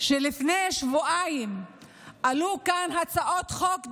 שלפני שבועיים עלו כאן הצעות חוק דומות,